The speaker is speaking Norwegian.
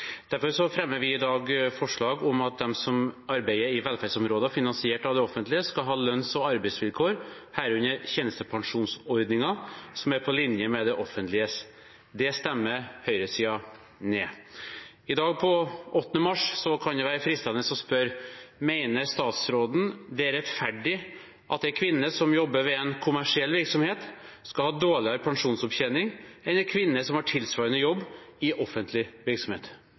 Derfor fremmer vi i dag forslag om at de som arbeider i velferdsområder finansiert av det offentlige, skal ha lønns- og arbeidsvilkår, herunder tjenestepensjonsordninger, som er på linje med det offentliges. Det stemmer høyresiden ned. I dag, 8. mars, kan det være fristende å spørre: Mener statsråden det er rettferdig at en kvinne som jobber ved en kommersiell virksomhet, skal ha dårligere pensjonsopptjening enn en kvinne som har tilsvarende jobb i offentlig virksomhet?